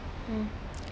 mm